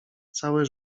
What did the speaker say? całe